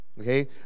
Okay